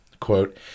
quote